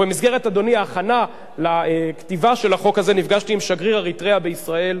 במסגרת ההכנה לכתיבת החוק הזה נפגשתי עם שגריר אריתריאה בישראל.